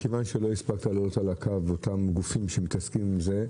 מכיוון שלא הספקת להעלות על הקו אותם גופים שמתעסקים עם זה,